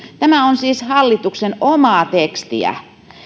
tämä on siis hallituksen omaa tekstiä